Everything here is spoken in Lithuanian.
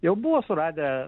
jau buvo suradę